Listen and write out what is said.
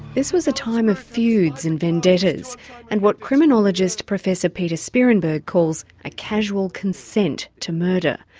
this was a time of feuds and vendettas and what criminologist professor pieter spierenburg calls a casual consent to murder.